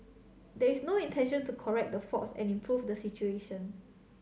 there is no intention to correct the faults and improve the situation